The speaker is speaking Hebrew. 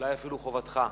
אולי אפילו חובתך.